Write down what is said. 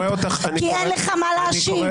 כי אין לך מה להשיב.